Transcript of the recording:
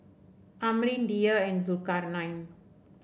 Amrin Dhia and Zulkarnain